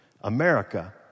America